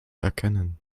erkennen